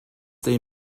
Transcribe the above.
they